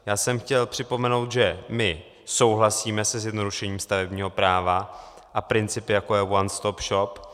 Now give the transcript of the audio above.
Já jsem chtěl připomenout, že my souhlasíme se zjednodušením stavebního práva a principem, jako je one stop shop.